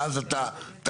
ואז אתה תקוע.